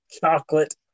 chocolate